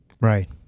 Right